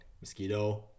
Mosquito